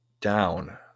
down